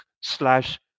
slash